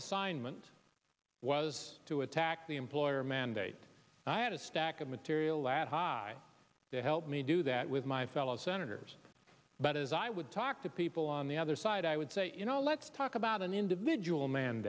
assignment was to attack the employer mandate i had a stack of material at high to help me do that with my fellow senators but as i would talk to people on the other side i would say you know let's talk about an individual man